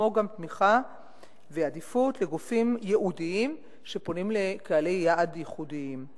כמו גם תמיכה ועדיפות לגופים ייעודיים שפונים לקהלי יעד ייחודיים.